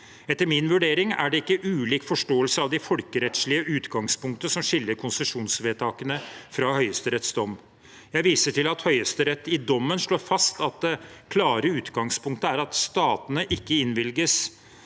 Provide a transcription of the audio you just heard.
Etter min vurdering er det ikke ulik forståelse av de folkerettslige utgangspunktene som skiller konsesjonsvedtakene fra Høyesteretts dom. Jeg viser til at Høyesterett i dommen slår fast at det klare utgangspunktet er at statene ikke innvilges